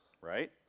right